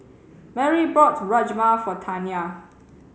Marry bought Rajma for Taina